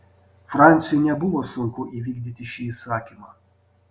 franciui nebuvo sunku įvykdyti šį įsakymą